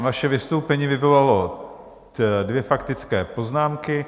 Vaše vystoupení vyvolalo dvě faktické poznámky.